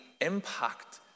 impact